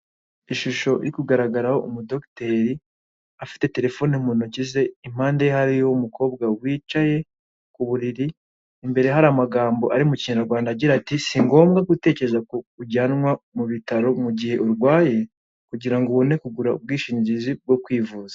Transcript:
Ishusho iri kugaragaraho umudogiteri afite telefone mu ntoki ze i mpande ye hari umukobwa wicaye ku buriri imbere hari amagambo ari mu kinyarwanda agira ati" singombwa gutegereza ko ujyanwa mu bitaro mu gihe urwaye kugira ngo ubone kugura ubwishingizi bwo kwivuza.